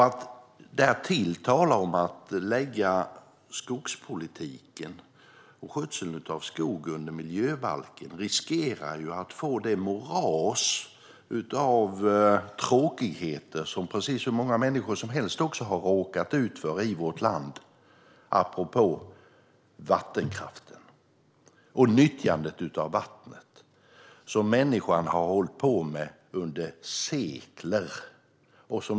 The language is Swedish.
Att därtill tala om att lägga skogspolitiken och skötseln av skog under miljöbalken riskerar att skapa ett moras av tråkigheter liknande det som precis hur många människor som helst i vårt land har råkat ut för apropå vattenkraften och nyttjandet av vattnet, som människan har hållit på med under sekler.